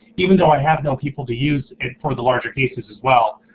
even though i have no people to use for the larger cases as well,